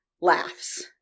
laughs